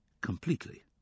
completely